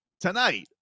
tonight